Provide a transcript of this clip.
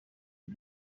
une